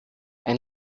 ein